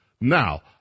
Now